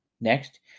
Next